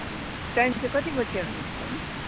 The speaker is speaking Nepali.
टाइम चाहिँ कति बजी हुन्छ म्याम